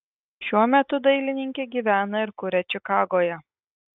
šiuo metu dailininkė gyvena ir kuria čikagoje